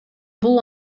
бул